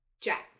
Jack